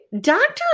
Doctor